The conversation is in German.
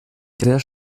sehr